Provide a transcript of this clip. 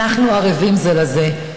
אנחנו ערבים זה לזה,